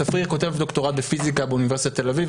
צפריר כותב דוקטורט בפיזיקה באוניברסיטת תל אביב,